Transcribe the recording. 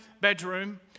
bedroom